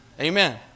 Amen